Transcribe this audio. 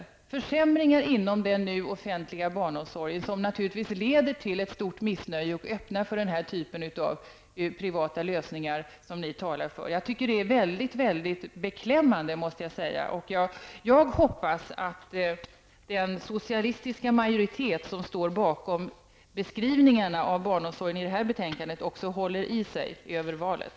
Det är försämringar inom den offentliga barnomsorgen, som naturligtvis leder till ett stort missnöje och öppnar för denna typ av privata lösningar som ni talar för. Jag tycker det är mycket beklämmande. Jag hoppas att den socialistiska majoritet som står bakom beskrivningarna av barnomsorgen i detta betänkande också håller i sig över valet.